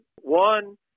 One